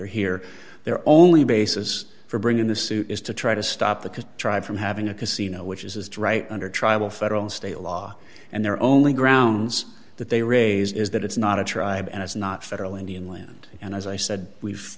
are here they're only basis for bringing the suit is to try to stop the tribe from having a casino which is dry under tribal federal and state law and their only grounds that they raise is that it's not a tribe and it's not federal indian land and as i said we've